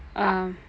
ah